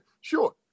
Sure